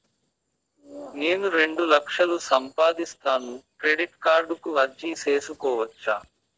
నేను రెండు లక్షలు సంపాదిస్తాను, క్రెడిట్ కార్డుకు అర్జీ సేసుకోవచ్చా?